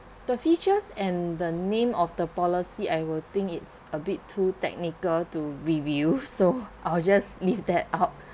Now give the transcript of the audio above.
the features and the name of the policy I will think it's a bit too technical to review so I'll just leave that out